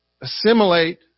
assimilate